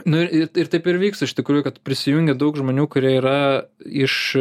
nu ir taip ir vyks iš tikrųjų kad prisijungia daug žmonių kurie yra iš